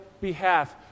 behalf